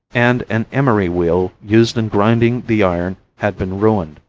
and an emery wheel used in grinding the iron had been ruined.